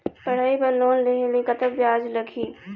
पढ़ई बर लोन लेहे ले कतक ब्याज लगही?